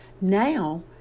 Now